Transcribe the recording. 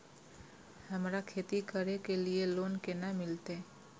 हमरा खेती करे के लिए लोन केना मिलते?